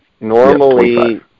Normally